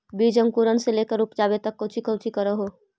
बीज अंकुरण से लेकर उपजाबे तक कौची कौची कर हो?